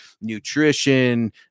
nutrition